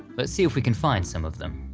let's see if we can find some of them.